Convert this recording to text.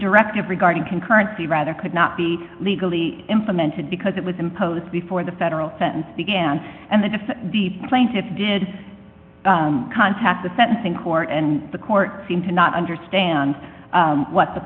directive regarding concurrently rather could not be legally implemented because it was imposed before the federal sentence began and that if the plaintiffs did contact the sentencing court and the court seemed to not understand what the